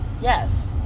Yes